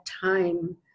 time